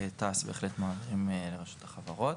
ותע"ש בהחלט מעבירים לרשות החברות.